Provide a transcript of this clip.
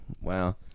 wow